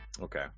okay